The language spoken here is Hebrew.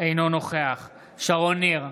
אינו נוכח שרון ניר,